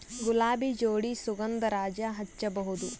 ಗುಲಾಬಿ ಜೋಡಿ ಸುಗಂಧರಾಜ ಹಚ್ಬಬಹುದ?